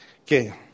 Okay